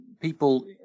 people